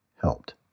helped